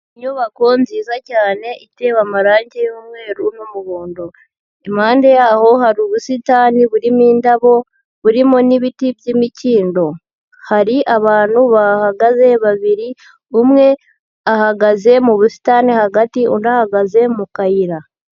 Inyubako nziza cyane itewe amarangi y'umweru n'umuhondo, impande yaho hari ubusitani burimo indabo, burimo n'ibiti by'imikindo, hari abantu bahagaze babiri, umwe ahagaze mu busitani hagati undi ahagaze mu kayira.